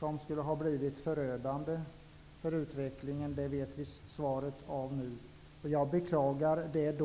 Det skulle ha blivit förödande för utvecklingen. Det vet vi nu. Jag beklagar det.